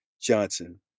Johnson